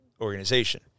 organization